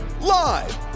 live